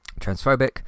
transphobic